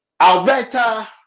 Alberta